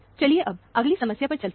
चलिए अब अगली समस्या पर चलते हैं